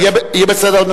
יהיה בסדר,